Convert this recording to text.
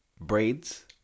braids